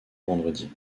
vendredi